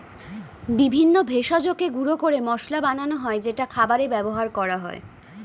বিভিন্ন ভেষজকে গুঁড়ো করে মশলা বানানো হয় যেটা খাবারে ব্যবহার করা হয়